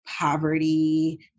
poverty